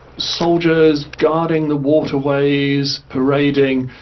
soldiers guarding the waterways, parading,